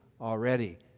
already